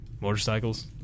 Motorcycles